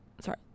Sorry